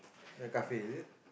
kafir is it